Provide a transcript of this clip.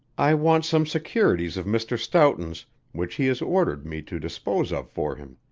i want some securities of mr. stoughton's which he has ordered me to dispose of for him.